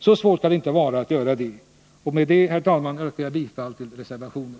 Så svårt kan det inte vara. Med det sagda yrkar jag, herr talman, bifall till reservationen.